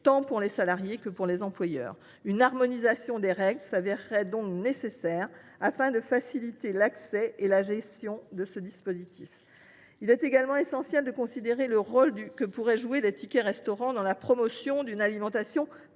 tant pour les salariés que pour les employeurs. Une harmonisation des règles serait donc nécessaire pour faciliter l’accès et la gestion de ce dispositif. Il est également nécessaire de prendre en considération le rôle que pourraient jouer les tickets restaurant dans la promotion d’une alimentation